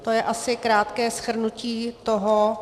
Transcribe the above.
To je asi krátké shrnutí toho.